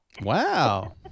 Wow